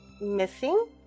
missing